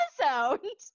episode